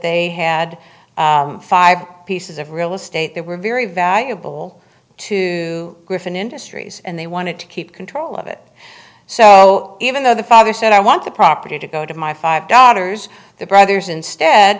they had five pieces of real estate that were very valuable to griffin industries and they wanted to keep control of it so even though the father said i want the property to go to my five daughters the brothers instead